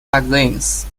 magazines